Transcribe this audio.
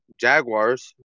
Jaguars